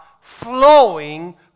flowing